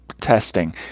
testing